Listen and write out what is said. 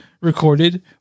recorded